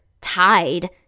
Tide